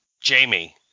Jamie